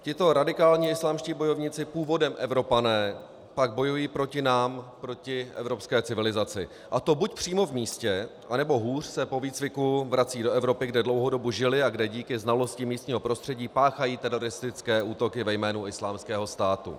Tito radikální islámští bojovníci, původem Evropané, pak bojují proti nám, proti evropské civilizaci, a to buď přímo v místě, anebo hůř, po výcviku se vrací do Evropy, kde dlouhou dobu žili a kde díky znalosti místního prostředí páchají teroristické útoky ve jménu Islámského státu.